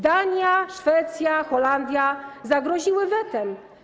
Dania, Szwecja, Holandia zagroziły wetem.